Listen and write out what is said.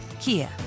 Kia